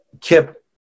Kip